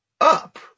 up